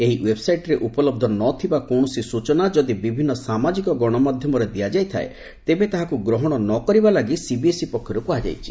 ଏହି ଓ୍ୱେବ୍ସାଇଟ୍ରେ ଉପଲହ୍ଧ ନ ଥିବା କୌଣସି ସୂଚନା ଯଦି ବିଭିନ୍ନ ସାମାଜିକ ଗଣମାଧ୍ୟମରେ ଦିଆଯାଇଥାଏ ତେବେ ତାହାକୁ ଗ୍ରହଣ ନ କରିବା ଲାଗି ସିବିଏସ୍ଇ ପକ୍ଷରୁ କୁହାଯାଇଛି